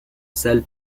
salle